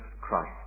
Christ